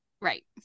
right